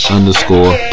Underscore